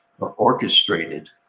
orchestrated